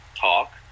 talk